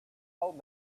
old